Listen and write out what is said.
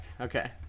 okay